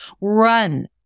run